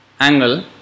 angle